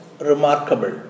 remarkable